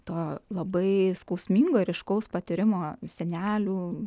to labai skausmingo ir ryškaus patyrimo senelių